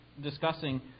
discussing